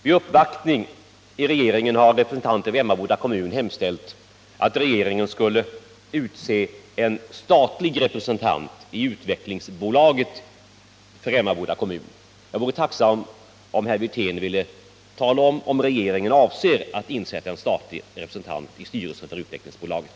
Vid en uppvaktning av regeringen har representanter för Emmaboda kommun hemställt att regeringen skulle utse en statlig representant i utvecklingsbolaget. Jag vore tacksam om herr Wirtén ville tala om, om regeringen avser att insätta en statlig representant i styrelsen för utvecklingsbolaget.